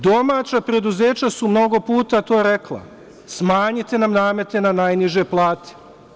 Domaća preduzeća su mnogo puta to rekla - smanjite nam namete na najniže plate.